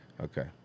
Okay